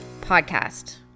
podcast